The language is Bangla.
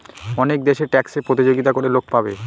অনেক দেশে ট্যাক্সে প্রতিযোগিতা করে লোক পাবে